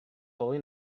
holy